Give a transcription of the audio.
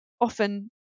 often